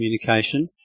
communication